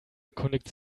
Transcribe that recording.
erkundigt